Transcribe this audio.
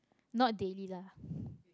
not daily lah